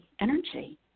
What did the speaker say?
energy